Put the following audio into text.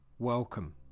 Welcome